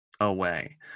away